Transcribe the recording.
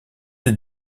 des